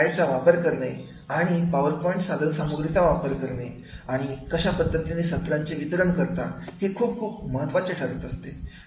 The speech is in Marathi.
स्लाईडचा वापर करणे आणि पावर पॉइंट साधनसामग्रीचा वापर करणे आणि कशा पद्धतीने सत्राचे वितरण करता हे खूप खूप महत्त्वाचे ठरत असते